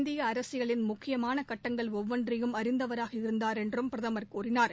இந்திய அரசியலின் முக்கியமான கட்டங்கள் ஒவ்வொன்றையும் அறிந்தவராக இருந்தார் என்றும் பிரதமர் கூறினார்